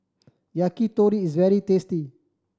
yakitori is very tasty